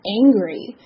angry